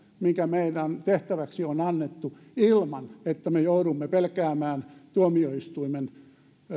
mikä meidän tehtäväksemme on annettu ilman että me joudumme pelkäämään tuomioistuimen